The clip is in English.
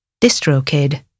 DistroKid